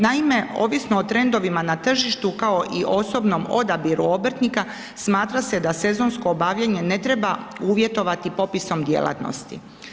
Naime, ovisno o trendovima na tržištu kao i osobnom odabiru obrtnika smatra se da sezonsko obavljanje ne treba uvjetovati popisom djelatnosti.